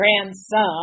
grandson